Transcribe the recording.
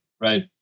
right